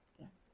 yes